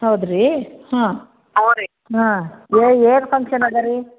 ಹೌದು ರೀ ಹಾಂ ಹಾಂ ಏನು ಫಂಕ್ಷನ್ ಅದಾ ರೀ